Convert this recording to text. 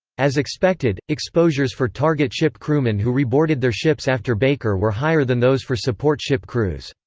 as expected, exposures for target ship crewmen who reboarded their ships after baker were higher than those for support ship crews.